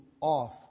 off